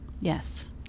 Yes